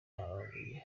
amabuye